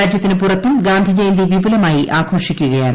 രാജ്യത്തിന് പുറത്തും ഗാന്ധിജയന്തി വിപുലമായി ആഘോഷിക്കൂകയാണ്